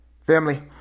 Family